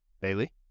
Bailey